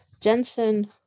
Jensen